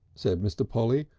said mr. polly.